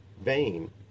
vein